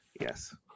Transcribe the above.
Yes